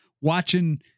watching